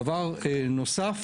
דבר נוסף